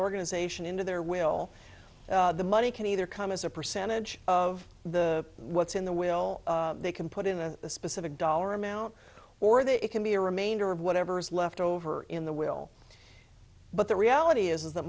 organization into their will the money can either come as a percentage of the what's in the will they can put in a specific dollar amount or they it can be a remainder of whatever's left over in the will but the reality is that